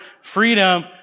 freedom